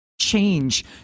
change